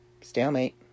Stalemate